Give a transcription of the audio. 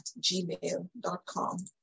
gmail.com